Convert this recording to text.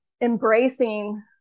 embracing